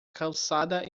calçada